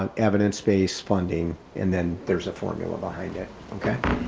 um evidence-base funding, and then there's a formula behind it. okay.